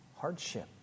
Hardship